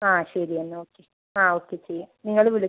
ആ ശരി എന്നാല് ഓക്കെ ആ ഓക്കെ ചെയ്യാം നിങ്ങള് വിളിക്കൂ